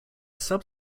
sub